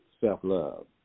self-love